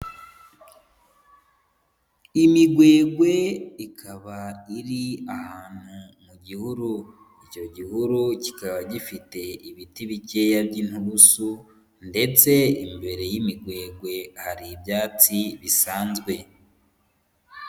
Imigwegwe ikaba iri ahantu mu gihuru, icyo gihuru kikaba gifite ibiti bikeya by'inturusu ndetse imbere y'imigwegwe hari ibyatsi bisanzwe.